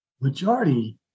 majority